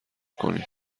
کنید